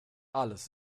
alles